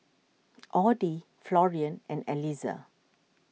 Audie Florian and Eliezer